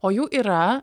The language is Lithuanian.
o jų yra